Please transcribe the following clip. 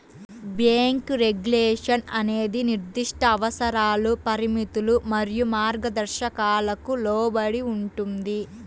bank regulation అనేది నిర్దిష్ట అవసరాలు, పరిమితులు మరియు మార్గదర్శకాలకు లోబడి ఉంటుంది,